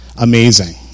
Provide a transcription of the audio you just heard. amazing